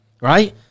right